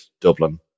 Dublin